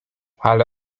ale